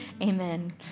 Amen